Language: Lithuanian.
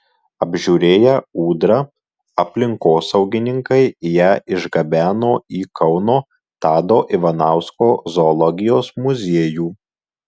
apžiūrėję ūdrą aplinkosaugininkai ją išgabeno į kauno tado ivanausko zoologijos muziejų